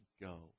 go